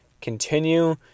continue